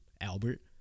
Albert